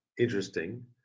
interesting